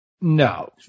no